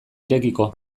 irekiko